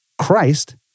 Christ